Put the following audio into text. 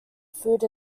food